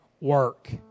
work